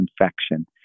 infection